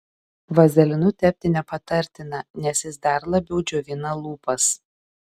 vazelinu tepti nepatartina nes jis dar labiau džiovina lūpas